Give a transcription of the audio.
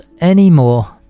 anymore